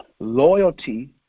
Loyalty